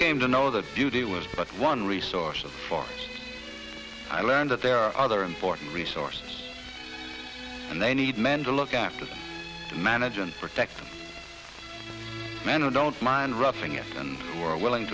came to know that duty was but one resource for i learned that there are other important resource and they need men to look after to manage and protect men who don't mind roughing it and who are willing